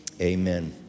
Amen